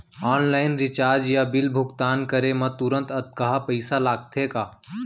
Online recharge या bill भुगतान करे मा तुरंत अक्तहा पइसा लागथे का?